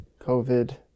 COVID